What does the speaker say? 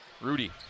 Rudy